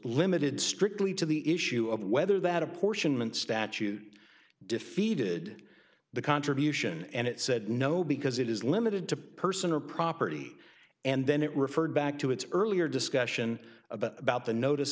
limited strictly to the issue of whether that apportionment statute defeated the contribution and it said no because it is limited to person or property and then it referred back to its earlier discussion about the notice